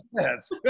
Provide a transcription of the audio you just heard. Yes